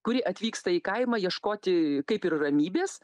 kuri atvyksta į kaimą ieškoti kaip ir ramybės